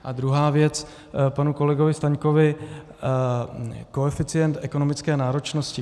A druhá věc, k panu kolegovi Staňkovi, koeficient ekonomické náročnosti.